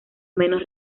menos